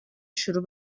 شروع